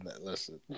Listen